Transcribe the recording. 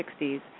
1960s